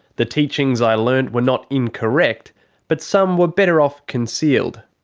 the teachings i learnt were not incorrect but some were better off concealed.